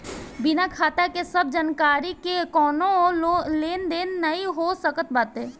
बिना खाता के सब जानकरी के कवनो लेन देन नाइ हो सकत बाटे